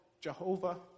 Jehovah